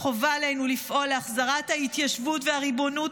חובה עלינו לפעול להחזרת ההתיישבות והריבונות